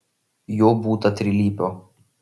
jo būta trilypio